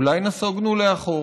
אולי נסוגונו לאחור?